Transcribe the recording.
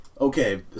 okay